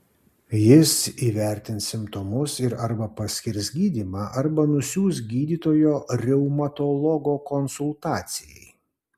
jis įvertins simptomus ir arba paskirs gydymą arba nusiųs gydytojo reumatologo konsultacijai